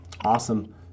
awesome